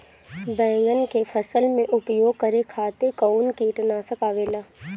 बैंगन के फसल में उपयोग करे खातिर कउन कीटनाशक आवेला?